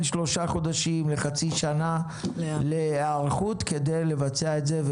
שלושה חודשים לחצי שנה להיערכות כדי לבצע את זה,